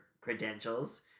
credentials